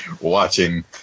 watching